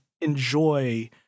enjoy